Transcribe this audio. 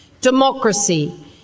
Democracy